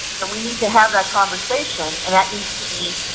then we need to have that conversation, and that needs to be,